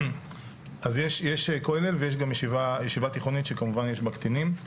אז יש כולל ויש גם ישיבה תיכונית שכמובן יש בה קטינים.